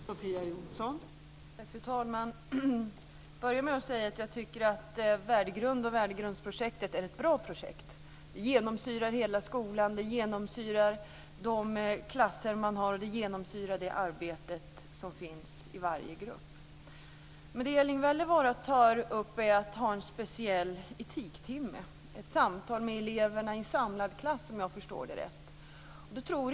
Fru talman! Jag ska börja med att säga att jag tycker att värdegrunden och Värdegrundsprojektet är ett bra projekt. Det genomsyrar hela skolan. Det genomsyrar klasserna, och det genomsyrar det arbete som finns i varje grupp. Men det som Erling Wälivaara tar upp är att man ska ha en speciell etiktimme, ett samtal med eleverna i samlad klass, om jag förstår det rätt.